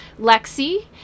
Lexi